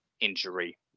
injury